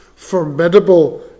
formidable